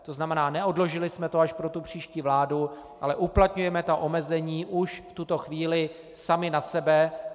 To znamená, neodložili jsme to až pro příští vládu, ale uplatňujeme ta omezení už v tuto chvíli sami na sebe.